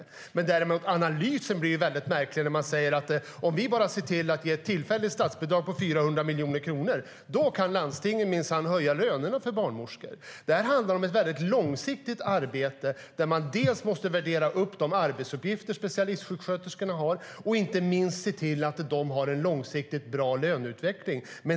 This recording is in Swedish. Däremot blir analysen väldigt märklig när man säger: Om vi bara ser till att ge ett tillfälligt statsbidrag på 400 miljoner kronor kan landstingen minsann höja lönerna för barnmorskor. Detta är ett mycket långsiktigt arbete där man måste värdera upp de arbetsuppgifter specialistsjuksköterskorna har och inte minst se till att de har en långsiktigt bra löneutveckling.